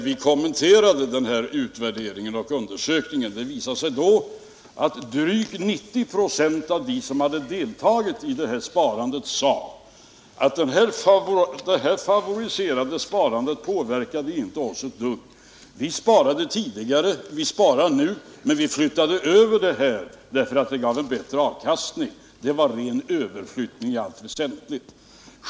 Vi kommenterade denna undersökning. Det visade sig att drygt 90 26 av dem som deltagit i sparandet sade att det favoriserade sparandet inte påverkade dem ett dugg. ”Vi sparade tidigare och vi sparar nu, men vi flyttade över sparandet därför att den senare formen gav bättre avkastning.” Det var i allt väsentligt en ren överflyttning.